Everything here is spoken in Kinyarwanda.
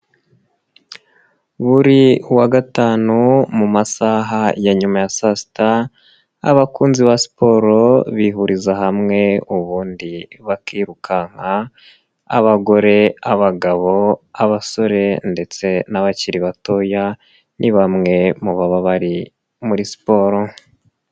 Buri wa Gatanu mu masaha ya nyuma ya saa sita abakunzi ba siporo bihuriza hamwe ubundi bakirukanka abagore, abagabo, abasore ndetse n'abakiri batoya ni bamwe mu baba bari muri siporo.